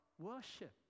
worship